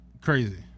Crazy